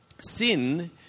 sin